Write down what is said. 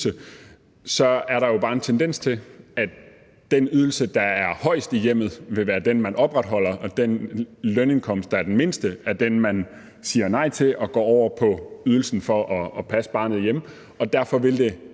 så er der jo bare en tendens til, at den ydelse, der er højst i hjemmet, vil være den, man opretholder, og at den lønindkomst, der er den mindste, er den, man siger nej til, og går over på ydelsen for at passe barnet hjemme. Og derfor vil det